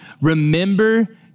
Remember